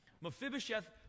Mephibosheth